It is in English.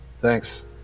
thanks